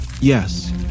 Yes